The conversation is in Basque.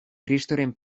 kristoren